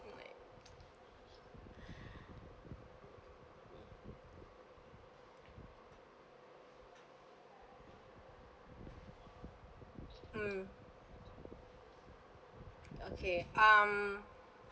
mm okay um